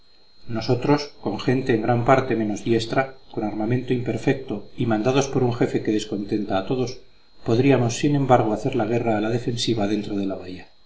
nosotros con gente en gran parte menos diestra con armamento imperfecto y mandados por un jefe que descontenta a todos podríamos sin embargo hacer la guerra a la defensiva dentro de la bahía